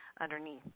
underneath